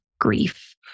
grief